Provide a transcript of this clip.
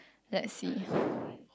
let see